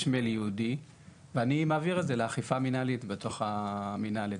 יש מייל ייעודי ואני מעביר את זה לאכיפה מנהלית בתוך המנהל.